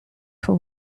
for